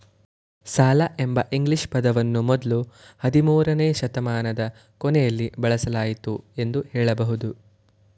ಸಾಲ ಎಂಬ ಇಂಗ್ಲಿಷ್ ಪದವನ್ನ ಮೊದ್ಲು ಹದಿಮೂರುನೇ ಶತಮಾನದ ಕೊನೆಯಲ್ಲಿ ಬಳಸಲಾಯಿತು ಎಂದು ಹೇಳಬಹುದು